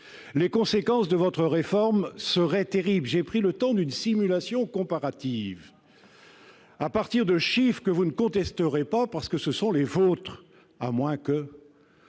Les conséquences de votre réforme seraient terribles. J'ai pris le temps d'effectuer une simulation comparative à partir de chiffres que vous ne contesterez pas, car ce sont les vôtres- sauf